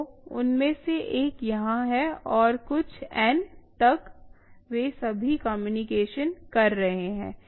तो उनमें से एक यहाँ है और कुछ एन तक वे सभी कम्युनिकेशन कर रहे हैं